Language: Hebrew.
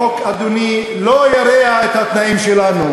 החוק, אדוני, לא ירע את התנאים שלנו,